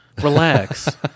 Relax